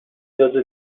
ندازه